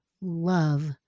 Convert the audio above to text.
love